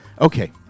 Okay